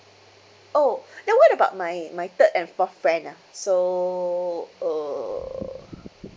oh then what about my my third and fourth friends ah so uh